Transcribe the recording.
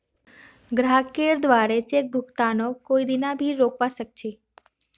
ग्राहकेर द्वारे चेक भुगतानक कोई दीना भी रोकवा सख छ